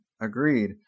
Agreed